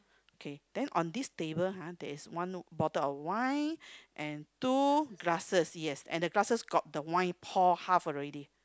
okay then on this table ha there is one bottle of wine and two glasses yes and the glasses got the wine poured half already